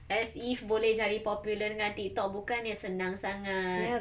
as if boleh jadi popular dengan TikTok bukannya senang sangat